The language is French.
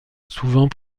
souvent